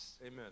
Amen